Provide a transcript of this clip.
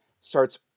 starts